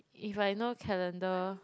if I no calendar